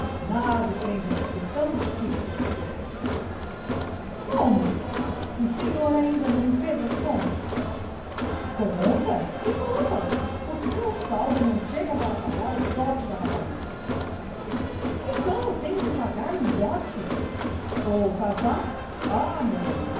nada o prende aqui estamos quites como se o senhor ainda não me fez as contas contas que contas o seu saldo não chega para pagar o dote da rapariga então eu tenho de pagar um dote ou casar ah meu amigo